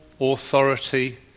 authority